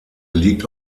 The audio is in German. liegt